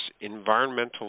environmental